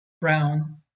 Brown